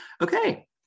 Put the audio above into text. Okay